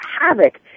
havoc